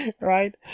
right